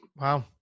Wow